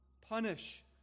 punish